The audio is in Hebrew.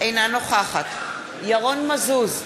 אינה נוכחת ירון מזוז,